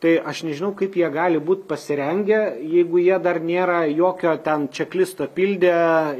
tai aš nežinau kaip jie gali būt pasirengę jeigu jie dar nėra jokio ten čeklisto pildę